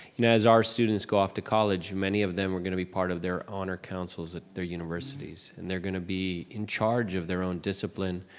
and as our students go off to college, many of them are going to be part of their honor councils at their universities, and they're gonna be in charge of their own discipline,